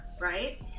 right